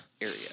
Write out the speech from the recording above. area